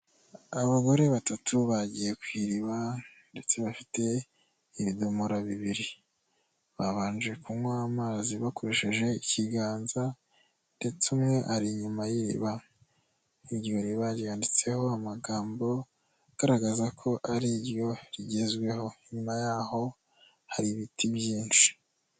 Abagore batatu bagiye ku iriba ndetse bafite ibidomora bibiri babanje kunywa amazi bakoresheje ikiganza ndetse umwe ari inyuma y'iriba iryo ryanditseho amagambo agaragaza ko ari ryo rigezweho nyuma y'aho hari ibiti byinshi.